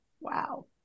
Wow